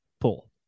pull